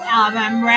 album